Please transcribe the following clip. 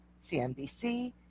CNBC